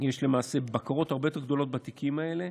יש למעשה בקרות הרבה גדולות בתיקים האלה.